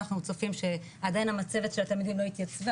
השנה אנחנו צופים שעדין המצבת של התלמידים לא התייצבה,